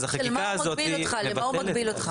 מגביל אותך למה?